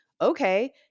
okay